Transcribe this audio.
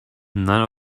none